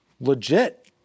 legit